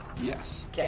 Yes